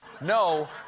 No